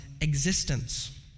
existence